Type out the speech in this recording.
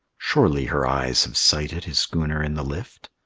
surely her eyes have sighted his schooner in the lift!